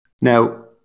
Now